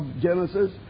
Genesis